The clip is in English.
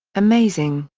amazing,